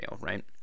right